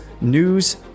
news